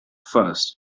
first